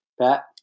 Pat